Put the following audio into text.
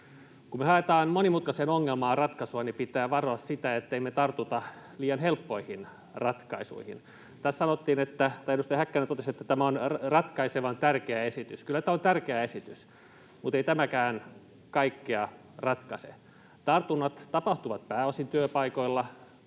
Kun me haetaan monimutkaiseen ongelmaan ratkaisua, niin pitää varoa sitä, ettei me tartuta liian helppoihin ratkaisuihin. Tässä edustaja Häkkänen totesi, että tämä on ratkaisevan tärkeä esitys. Kyllä tämä on tärkeä esitys, muttei tämäkään kaikkea ratkaise. Tartunnat tapahtuvat pääosin työpaikoilla,